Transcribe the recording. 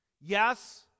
yes